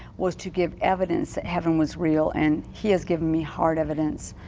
was to give evidence that heaven was real and he has given me hard evidence,